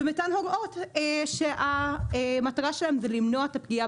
וביצענו הוראות שהמטרה שלהן זה למנוע את הפגיעה